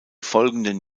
folgenden